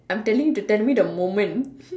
I'm telling you to tell me the moment